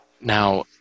Now